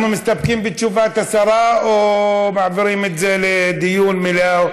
אנחנו מסתפקים בתשובת השרה או מעבירים את זה לדיון במליאה?